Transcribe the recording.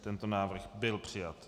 Tento návrh byl přijat.